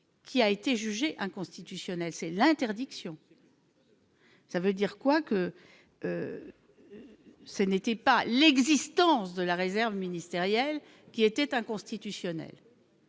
qui a été jugé inconstitutionnelle, c'est l'interdiction. ça veut dire quoi que. Ce n'était pas l'existence de la réserve ministérielle qui était inconstitutionnelle.